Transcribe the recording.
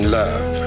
love